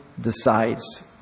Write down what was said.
decides